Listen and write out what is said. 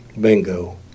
bingo